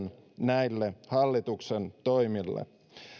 näille hallituksen toimille